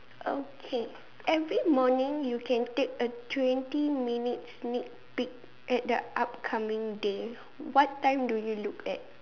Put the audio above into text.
okay every morning you can take a twenty minutes sneak peek at the upcoming day what time do you look at